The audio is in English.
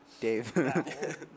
Dave